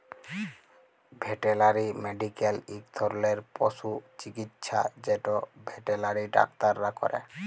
veterinary medical ইক ধরলের পশু চিকিচ্ছা যেট ভেটেলারি ডাক্তাররা ক্যরে